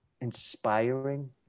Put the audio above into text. inspiring